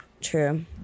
True